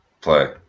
Play